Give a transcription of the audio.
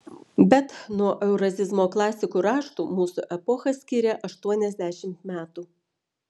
bet nuo eurazizmo klasikų raštų mūsų epochą skiria aštuoniasdešimt metų